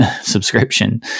subscription